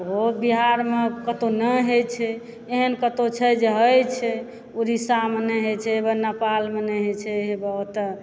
बहुत बिहारमे कतहुँ नहि होए छै एहन कतहुँ छै जे होए छै उड़ीसामे नहि होए छै नेपालमे नहि होए छै हे ओएह ओतऽ